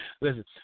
Listen